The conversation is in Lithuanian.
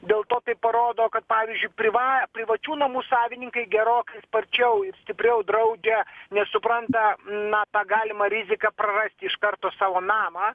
dėl to tai parodo kad pavyzdžiui priva privačių namų savininkai gerokai sparčiau ir stipriau draudžia nes supranta na tą galimą riziką prarasti iš karto savo namą